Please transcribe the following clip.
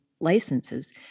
licenses